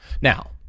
Now